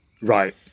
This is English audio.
Right